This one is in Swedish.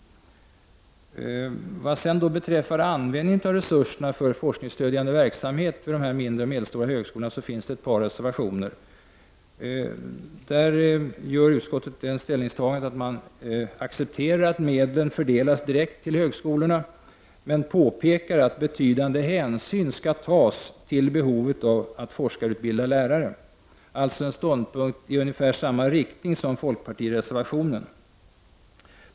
Vad beträffar användningen av resurserna för forskningsstödjande verksamhet vid de mindre och medelstora högskolorna finns ett par reservationer. Utskottet accepterar att medlen fördelas direkt till högskolorna men påpekar att betydande hänsyn skall tas till behovet att forskarutbilda lärare. Det är alltså en ståndpunkt i ungefär samma riktning som folkpartireservationen.